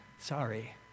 sorry